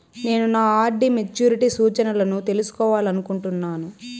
నేను నా RD maturity సూచనలను తెలుసుకోవాలనుకుంటున్నాను